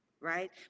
right